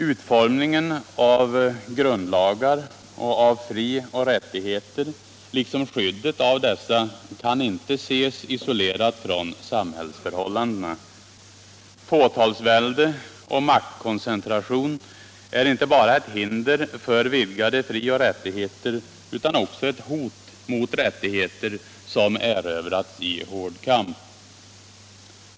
Utformningen av grundlagar och av frioch rättigheter, liksom skyddet av dessa, kan inte ses isolerat från samhällsförhållandena. Fåtalsvälde och maktkoncentration är inte bara ett hinder för vidgade frioch rättigheter utan också ett hot mot rättigheter som erövrats i hård kamp.